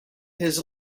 his